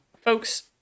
folks